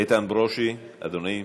איתן ברושי, אדוני.